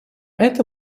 это